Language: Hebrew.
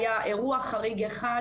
היה אירוע חריג אחד,